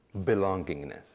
belongingness